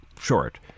short